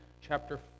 chapter